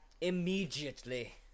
immediately